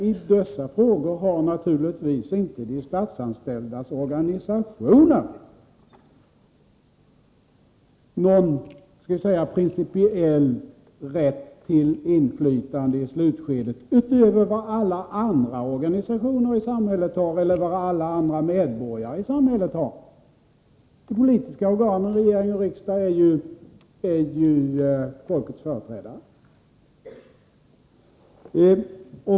I dessa frågor har naturligtvis inte de statsanställdas organisationer någon skall vi säga principiell rätt till inflytande i slutskedet utöver vad alla andra organisationer ar eller vad alla andra medborgare i samhället har. De politiska organen, regering och riksdag, är ju folkets företrädare.